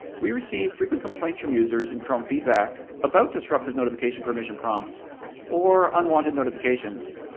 we received frequent complaints from users in chrome feedback about disruptive notification provision prompts or unwanted notifications.